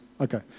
Okay